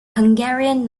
hungarian